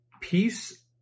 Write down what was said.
peace